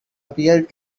appeared